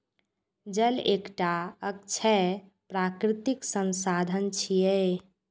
जल एकटा अक्षय प्राकृतिक संसाधन छियै